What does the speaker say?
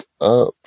up